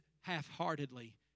half-heartedly